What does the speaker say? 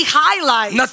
highlights